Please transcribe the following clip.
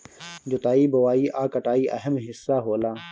जोताई बोआई आ कटाई अहम् हिस्सा होला